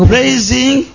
Praising